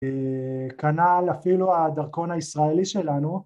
‫כנ"ל אפילו הדרכון הישראלי שלנו.